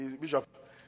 bishop